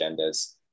agendas